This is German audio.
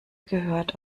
gehört